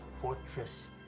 fortress